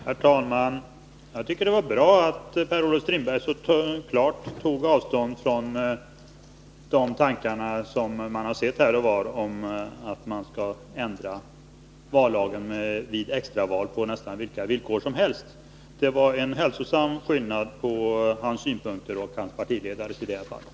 Herr talman! Jag tycker det var bra att Per-Olof Strindberg så klart tog avstånd från de tankar som kommit till uttryck här och var om att man skall ändra vallagens bestämmelser om extraval på nästan vilka villkor som helst. Det var en hälsosam skillnad på hans och hans partiledares synpunkter i det fallet.